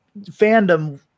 fandom